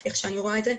לפי איך שאני רואה את זה,